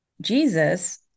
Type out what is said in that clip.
Jesus